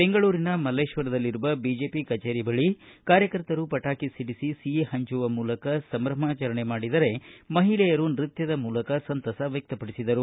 ಬೆಂಗಳೂರಿನ ಮಲ್ಲೇಶ್ವರದಲ್ಲಿರುವ ಬಿಜೆಪಿ ಕಚೇರಿ ಬಳಿ ಕಾರ್ಯಕರ್ತರು ಪಟಾಕಿ ಸಿಡಿಸಿ ಸಿಹಿ ಹಂಚುವ ಮೂಲಕ ಸಂಭ್ರಮಾಚರಣೆ ಮಾಡಿದರೆ ಮಹಿಳೆಯರು ನೃತ್ಯದ ಮೂಲಕ ಸಂತಸ ವ್ವಕ್ಷಪಡಿಸಿದರು